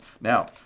Now